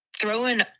throwing